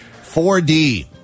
4D